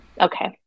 okay